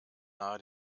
nahe